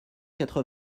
quatre